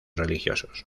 religiosos